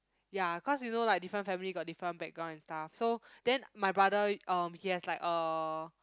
ya cause you know like different family got different background and stuff so then my brother um he has like uh